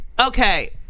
okay